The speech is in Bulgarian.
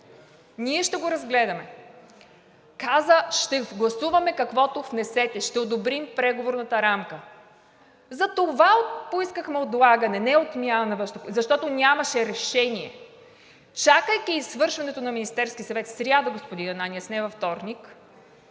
Ще го разгледаме! Казах: ще гласуваме каквото внесете, ще одобрим Преговорната рамка. Затова поискахме отлагане, а не отмяна – защото нямаше решение. Чакайки свършеното в Министерския съвет в сряда, господин Ананиев, а не във вторник,